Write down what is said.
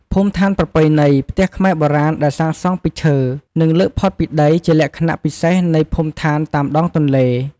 ភូមិដ្ឋានប្រពៃណី ផ្ទះខ្មែរបុរាណដែលសាងសង់ពីឈើ និងលើកផុតពីដី ជាលក្ខណៈពិសេសនៃភូមិឋានតាមដងទន្លេ។